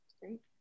great